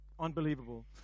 Unbelievable